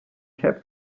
cape